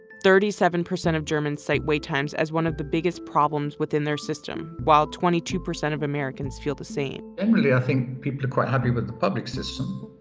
thirty seven percent of germans cite wait times as one of the biggest problems within their system, while twenty two percent of americans feel the same. generally i think people are quite happy with the public system.